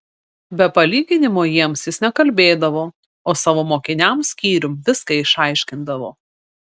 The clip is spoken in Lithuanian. be palyginimų jiems jis nekalbėdavo o savo mokiniams skyrium viską išaiškindavo